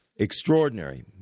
Extraordinary